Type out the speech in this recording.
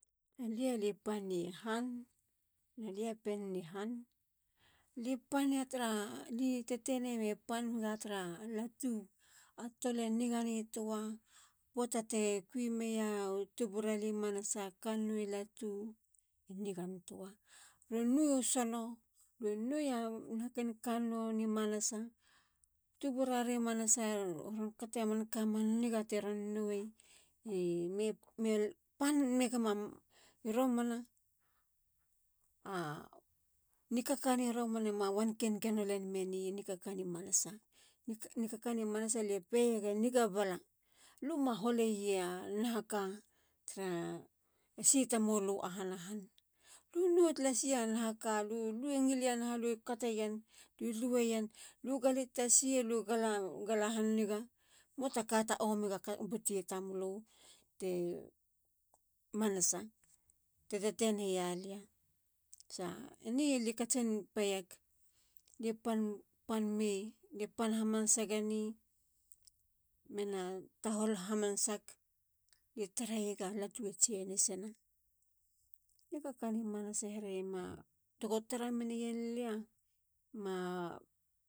Alia. li pan ye han. alia pien ni han. ali pan ya tara. li tetene me pan ga tara latu. a tolo e niga nitoa. poata ti kui meya u tuburalia kannou i latu e nigantoa. lui nou u sono. lui nou a nahaken kannou. ni manasa. tubura re manasa iron kate a manka man niga tiron noui. me pan megumi romana a nikakani romana ma wanken gono len meneya nikakani manasa. ni kakani manasa lie peyege niga balana. lu ma holeyi a naha ka tare esi tamulu i ahana han. lui no tlasi a nahaka. lu ngilianaha lui kateyen. lui lueyen. luigali tasi alui gala haniga. muata kata omi ga but yi tamulu i manasa ti tetene yalia. sa. eni. lie katsin peyeg. lie pan hamanasageni mena tahol hamanasak. lie tareyega latu e chenisina(changes). nikakani manasa e hereyema. tego tara meneyenlia. ma